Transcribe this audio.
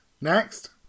Next